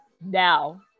now